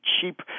cheap